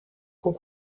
com